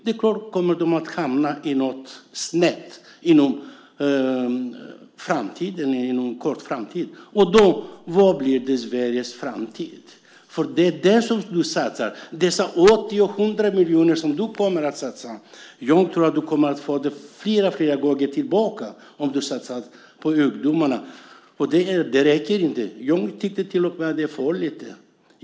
Då riskerar de att hamna snett i en nära framtid. Vad blir det då med Sveriges framtid? Jag tror att du kan få tillbaka flera gånger om de 80-100 miljoner som du tänker satsa om du satsar dem på ungdomarna. Det räcker inte. Det är till och med farligt.